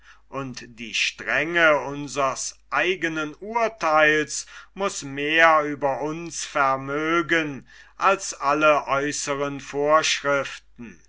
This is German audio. und die strenge unsers eigenen urtheils muß mehr über uns vermögen als alle äußeren vorschriften